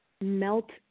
melt